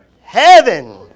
Heaven